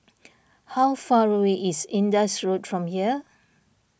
how far away is Indus Road from here